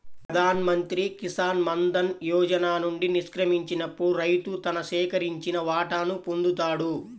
ప్రధాన్ మంత్రి కిసాన్ మాన్ ధన్ యోజన నుండి నిష్క్రమించినప్పుడు రైతు తన సేకరించిన వాటాను పొందుతాడు